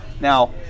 Now